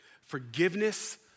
Forgiveness